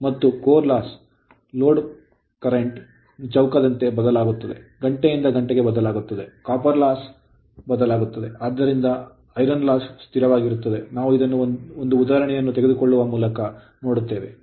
ಮತ್ತು core loss ತಾಮ್ರದ ನಷ್ಟವು ಲೋಡ್ ಪ್ರವಾಹದ ಚೌಕದಂತೆ ಬದಲಾಗುತ್ತದೆ ಗಂಟೆಯಿಂದ ಗಂಟೆಗೆ ಬದಲಾಗುತ್ತದೆ copper loss ತಾಮ್ರದ ನಷ್ಟವು ಬದಲಾಗುತ್ತದೆ ಆದರೆ iron loss ಕಬ್ಬಿಣದ ನಷ್ಟವು ಸ್ಥಿರವಾಗಿರುತ್ತದೆ ನಾವು ಇದನ್ನು ಒಂದು ಉದಾಹರಣೆಯನ್ನು ತೆಗೆದುಕೊಳ್ಳುವ ಮೂಲಕ ನೋಡುತ್ತೇವೆ